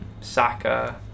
Saka